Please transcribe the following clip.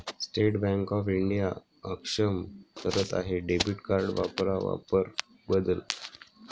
state Bank of India अक्षम करत आहे डेबिट कार्ड वापरा वापर बदल